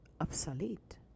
obsolete